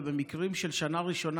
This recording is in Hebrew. ובמקרים של שנה ראשונה,